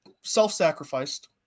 self-sacrificed